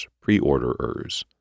pre-orderers